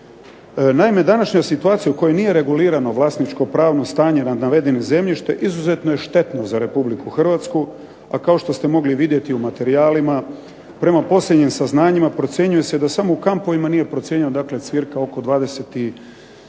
Naime, današnja situacija u kojoj nije regulirano vlasničko-pravno stanje na navedeno zemljište izuzetno je štetno za Republiku Hrvatsku, a kao što ste mogli i vidjeti u materijalima prema posljednjim saznanjima procjenjuje se da samo u kampovima nije procijenjeno, dakle cirka oko 20